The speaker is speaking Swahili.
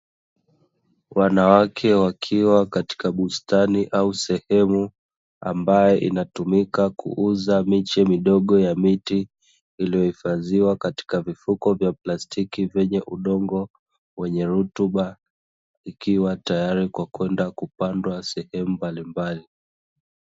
Wanawake wakiwa katika bustani au sehemu amayo inatumika kuuza miche midogo ya miti, iliyohifadhiwa katika vifuko vya plastiki vyenye udongo wenye rutuba, ikiwa tayari kwa kwenda kupandwa sehemu mbalimbali.